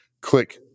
click